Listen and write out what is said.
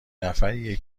نفریه